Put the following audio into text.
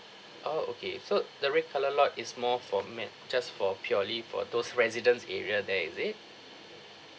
oh okay so the red colour lot is more for ma~ just for purely for those residence area there is it